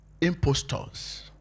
impostors